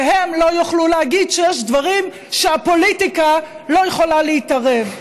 שהם לא יוכלו להגיד שיש דברים שבהם הפוליטיקה לא יכולה להתערב.